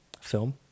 film